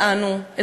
ואנו,